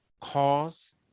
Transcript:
cause